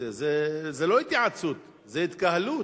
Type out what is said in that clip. זה לא התייעצות, זה התקהלות.